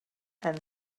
and